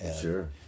Sure